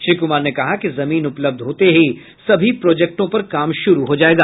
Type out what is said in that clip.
श्री कुमार ने कहा कि जमीन उपलब्ध होते ही सभी प्रोजेक्टों पर काम शुरू हो जायेगा